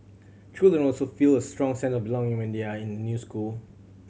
children also feel a strong sense of belonging when they are in a new school